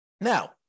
Now